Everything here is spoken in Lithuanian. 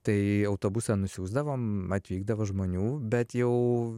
tai autobusą nusiųsdavom atvykdavo žmonių bet jau